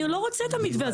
אני לא רוצה את המתווה הזה,